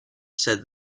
said